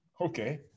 Okay